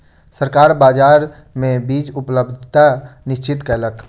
सरकार बाजार मे बीज उपलब्धता निश्चित कयलक